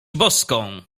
boską